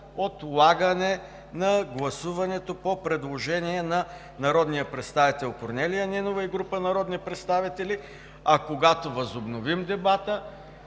отлагане на гласуването по предложението на народния представител Корнелия Нинова и група народни представители, а когато възобновим дебата,